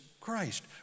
Christ